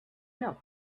enough